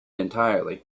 entirely